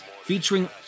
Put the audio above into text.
Featuring